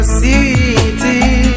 city